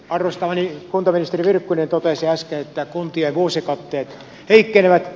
arvostamani kuntaministeri virkkunen totesi äsken että kuntien vuosikatteet heikkenevät